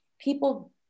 people